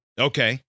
okay